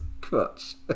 Crutch